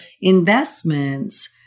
investments